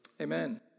Amen